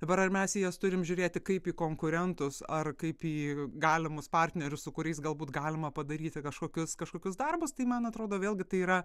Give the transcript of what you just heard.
dabar ar mes į jas turim žiūrėti kaip į konkurentus ar kaip į galimus partnerius su kuriais galbūt galima padaryti kažkokius kažkokius darbus tai man atrodo vėlgi tai yra